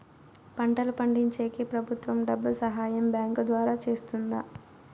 పంటలు పండించేకి ప్రభుత్వం డబ్బు సహాయం బ్యాంకు ద్వారా చేస్తుందా?